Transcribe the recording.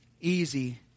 easy